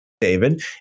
David